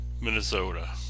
Minnesota